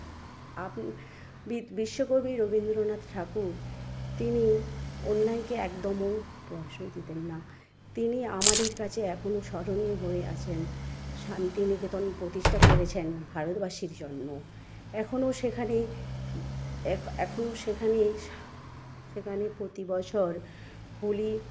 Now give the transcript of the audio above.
আপনি বিশ্বকবি রবীন্দ্রনাথ ঠাকুর তিনি অন্যায়কে একদমও প্রশ্রয় দিতেন না তিনি আমাদের কাছে এখনো স্মরণীয় হয়ে আছেন শান্তিনিকেতন প্রতিষ্ঠা করেছেন ভারতবাসীর জন্য এখনো সেখানে এখনো সেখানে সেখানে প্রতিবছর হোলি